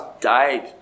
died